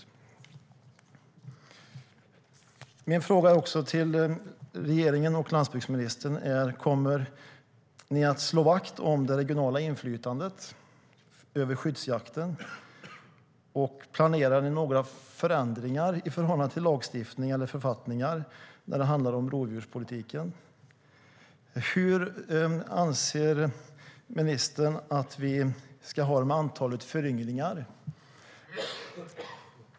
Min fråga till regeringen och landsbygdsministern är: Kommer ni att slå vakt om det regionala inflytandet över skyddsjakten, och planerar ni några förändringar i förhållande till lagstiftning eller författningar när det handlar om rovdjurspolitiken? Hur anser ministern att vi ska ha det med föryngringen när det gäller antal djur?